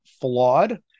flawed